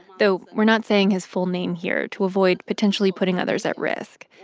though we're not saying his full name here to avoid potentially putting others at risk.